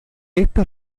estas